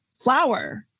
flower